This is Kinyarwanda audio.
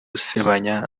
gusebanya